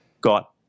got